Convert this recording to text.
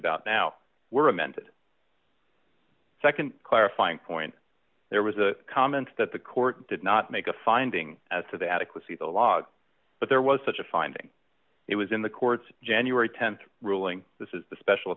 about now were amended nd clarifying point there was a comment that the court did not make a finding as to the adequacy the log but there was such a finding it was in the court's january th ruling this is the special